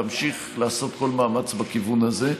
ותמשיך לעשות כל מאמץ בכיוון הזה,